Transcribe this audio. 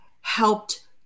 helped